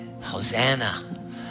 Hosanna